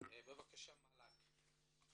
בבקשה המל"ג.